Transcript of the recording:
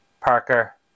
Parker